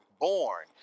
born